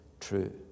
true